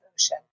ocean